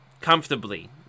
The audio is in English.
comfortably